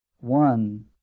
one